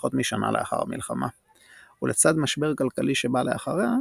פחות משנה לאחר המלחמה; ולצד משבר כלכלי שבא לאחריה,